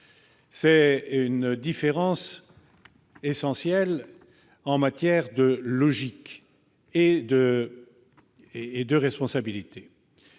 C'est une différence essentielle en termes de logique et de responsabilité.